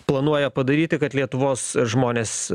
planuoja padaryti kad lietuvos žmonės